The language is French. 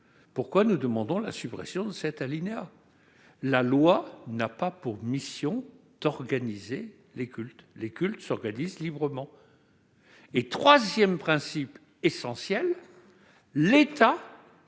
pourquoi nous demandons la suppression de cet alinéa. La loi n'a pas pour mission d'organiser les cultes. Ceux-ci s'organisent librement. Troisièmement, l'État